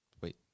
Wait